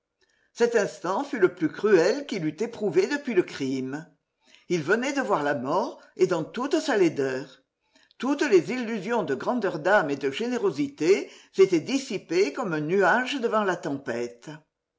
cet instant fut le plus cruel qu'il eût éprouvé depuis le crime il venait de voir la mort et dans toute sa laideur toutes les illusions de grandeur d'âme et de générosité s'étaient dissipées comme un nuage devant la tempête